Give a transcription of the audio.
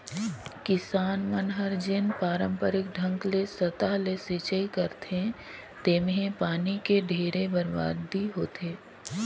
किसान मन हर जेन पांरपरिक ढंग ले सतह ले सिचई करथे तेम्हे पानी के ढेरे बरबादी होथे